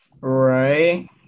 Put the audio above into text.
Right